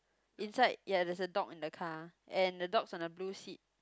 inside ya there's a dog in the car and the dog's on a blue seat